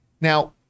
Now